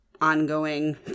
ongoing